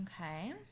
Okay